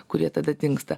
kur jie tada dingsta